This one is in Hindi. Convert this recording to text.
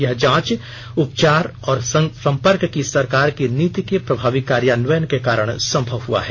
यह जांच उपचार और संपर्क की सरकार की नीति के प्रभावी कार्यान्वयन के कारण संभव हुआ है